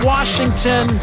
Washington